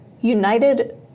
United